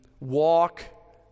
walk